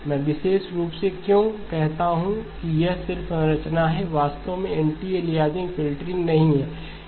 मैं विशेष रूप से क्यों कहता हूं कि यह सिर्फ संरचना है वास्तव में एंटी अलियासिंग फ़िल्टरिंग नहीं है